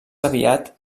aviat